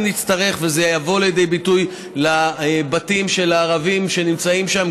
אם נצטרך וזה יבוא לידי ביטוי בבתים של הערבים שנמצאים שם,